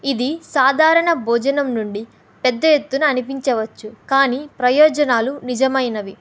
ఇది సాధారణ భోజనం నుండి పెద్ద ఎత్తున అనిపించవచ్చు కానీ ప్రయోజనాలు నిజమైనవి